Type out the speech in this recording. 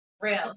real